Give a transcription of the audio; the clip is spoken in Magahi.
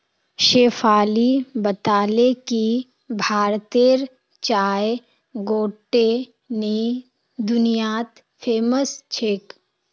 शेफाली बताले कि भारतेर चाय गोट्टे दुनियात फेमस छेक